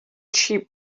cheap